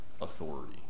authority